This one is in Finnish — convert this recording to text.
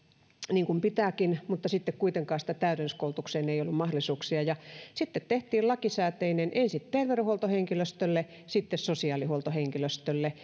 niin kuin pitääkin mutta sitten kuitenkaan siihen täydennyskoulutukseen ei ollut mahdollisuuksia sitten siitä tehtiin lakisääteinen ensin terveydenhuoltohenkilöstölle sitten sosiaalihuoltohenkilöstölle